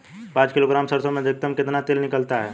पाँच किलोग्राम सरसों में अधिकतम कितना तेल निकलता है?